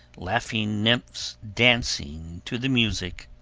laughing nymphs dancing to the music.